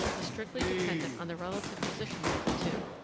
is strictly dependent on the relative positions of the two.